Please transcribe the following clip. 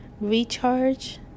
recharge